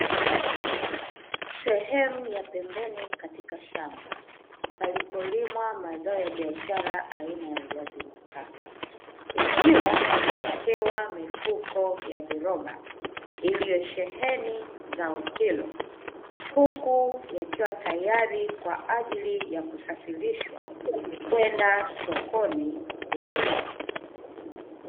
Sehemu ya pembeni katika shamba palipolimwa mazao ya biashara aina ya viazi mbatata ikiwa imewekewa mifuko ya viroba iliyosheheni zao hilo huku yakiwa tayari kwa ajili ya kusafirishwa kwenda sokoni kuuzwa.